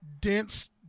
dense